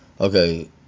Okay